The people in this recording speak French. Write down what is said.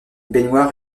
baignoire